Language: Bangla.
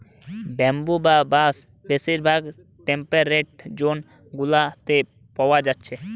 ব্যাম্বু বা বাঁশ বেশিরভাগ টেম্পেরেট জোন গুলাতে পায়া যাচ্ছে